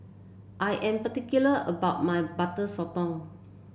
I am particular about my Butter Sotong